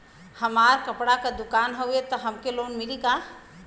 हमार कपड़ा क दुकान हउवे त हमके लोन मिली का?